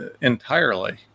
entirely